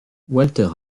walter